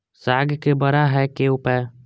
साग के बड़ा है के उपाय?